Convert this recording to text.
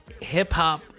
hip-hop